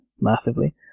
massively